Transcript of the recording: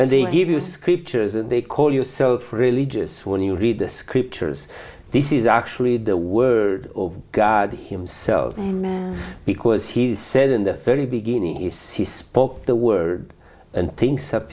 and they give you scriptures and they call yourself religious when you read the scriptures this is actually the word of god himself because he said in the very beginning is he spoke the word and things up